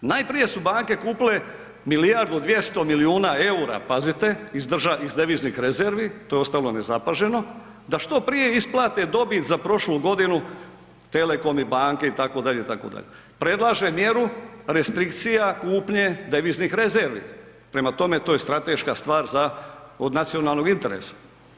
Najprije su banke kupile milijardu 200 milijuna eura, pazite, iz državnih rezervi, to je ostalo nezapaženo da što prije isplate dobit za prošlu godinu Telekom i banke itd., itd. predlaže mjeru restrikcija kupnje deviznih rezervi, prema tome, to je strateška stvar od nacionalnog interesa.